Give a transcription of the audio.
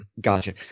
Gotcha